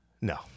No